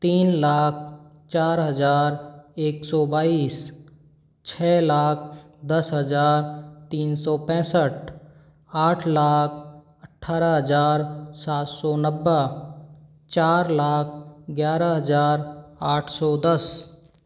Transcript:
तीन लाख चार हज़ार एक सौ बाईस छः लाख दस हज़ार तीन सौ पैंसठ आठ लाख अट्ठारह हज़ार सात सौ नब्बे चार लाख ग्यारह हज़ार आठ सौ दस